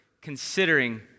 considering